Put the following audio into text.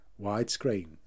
widescreen